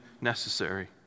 necessary